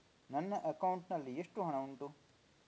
ನನ್ನ ಅಕೌಂಟ್ ನಲ್ಲಿ ಎಷ್ಟು ಹಣ ಉಂಟು?